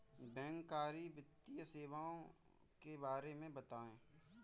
बैंककारी वित्तीय सेवाओं के बारे में बताएँ?